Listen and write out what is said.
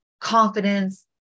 confidence